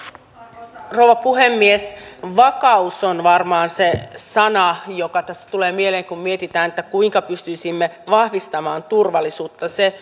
arvoisa rouva puhemies vakaus on varmaan se sana joka tässä tulee mieleen kun mietitään kuinka pystyisimme vahvistamaan turvallisuutta se